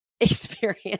experience